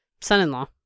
son-in-law